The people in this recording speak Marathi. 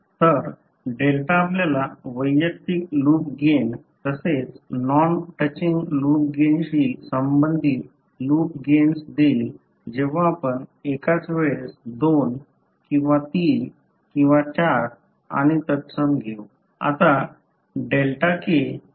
तर Δ आपल्याला वैयक्तिक लूप गेन तसेच नॉन टचिंग लूप गेनशी संबंधित लूप गेन्स देईल जेव्हा आपण एकाच वेळेस दोन किंवा तीन किंवा चार आणि तत्सम घेऊ